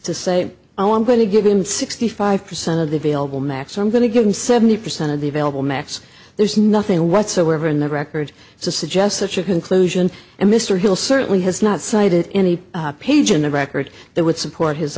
to say oh i'm going to give him sixty five percent of the available max i'm going to give him seventy percent of the available max there's nothing whatsoever in the record to suggest such a conclusion and mr hill certainly has not cited any page in the record that would support his